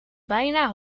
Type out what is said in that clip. bijna